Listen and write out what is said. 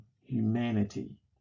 humanity